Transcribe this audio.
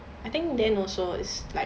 I think then also is like